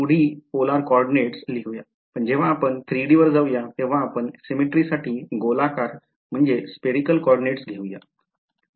तर हे 2D polar coordinates लिहूया पण जेव्हा आपण 3D वर जाऊया तेव्हा आपण symmetry साठी गोलाकार कोऑर्डिनेट्स घेऊया